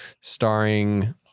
starring